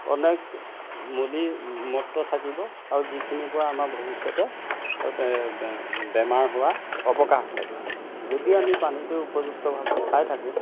অনেক মলি মূত্ৰ থাকিব আৰু যিখিনিৰ পৰা আমাৰ ভৱিষ্যতে বেমাৰ হোৱাৰ অৱকাশ থাকে যদি আমি পানীটো উপযুক্তভাৱে খাই থাকোঁ